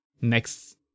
next